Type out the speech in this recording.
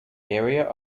area